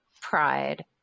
pride